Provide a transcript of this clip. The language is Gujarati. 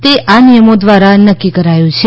તે આ નિયમો દ્વારા નક્કી કરાયું છે